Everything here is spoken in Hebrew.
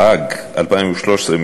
התשע"ג 2013,